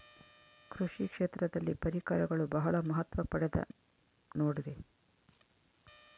ಕೃಷಿ ಕ್ಷೇತ್ರದಲ್ಲಿ ಪರಿಕರಗಳು ಬಹಳ ಮಹತ್ವ ಪಡೆದ ನೋಡ್ರಿ?